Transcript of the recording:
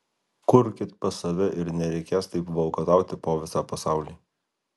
kurkit pas save ir nereikės taip valkatauti po visą pasaulį